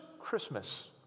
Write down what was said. Christmas